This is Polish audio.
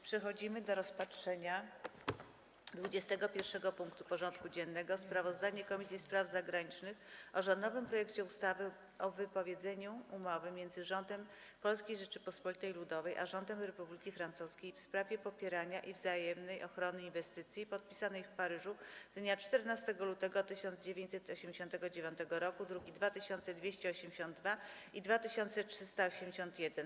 Przystępujemy do rozpatrzenia punktu 21. porządku dziennego: Sprawozdanie Komisji Spraw Zagranicznych o rządowym projekcie ustawy o wypowiedzeniu Umowy między Rządem Polskiej Rzeczypospolitej Ludowej a Rządem Republiki Francuskiej w sprawie popierania i wzajemnej ochrony inwestycji, podpisanej w Paryżu dnia 14 lutego 1989 r. (druki nr 2282 i 2381)